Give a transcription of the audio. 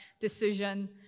decision